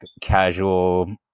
casual